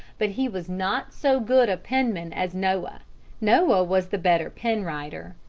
but he was not so good a penman as noah noah was the better pen-writer.